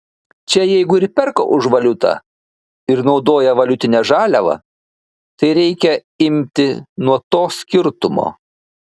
čia jeigu ir perka už valiutą ir naudoja valiutinę žaliavą tai reikia imti nuo to skirtumo